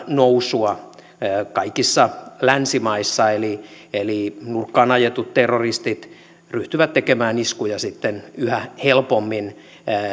nousua kaikissa länsimaissa eli eli nurkkaan ajetut terroristit ryhtyvät tekemään iskuja sitten yhä helpommin